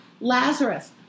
Lazarus